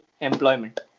employment